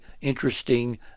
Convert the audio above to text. interesting